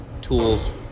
tools